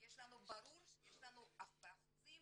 כי ברור שבאחוזים